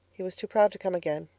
he was too proud to come again.